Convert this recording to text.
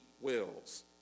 wills